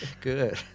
Good